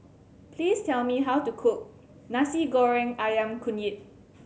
please tell me how to cook Nasi Goreng Ayam Kunyit